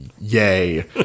Yay